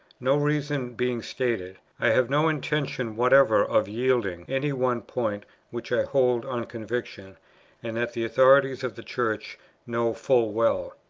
no reason being stated, i have no intention whatever of yielding any one point which i hold on conviction and that the authorities of the church know full well.